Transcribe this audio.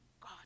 God